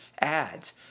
ads